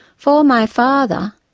for my father,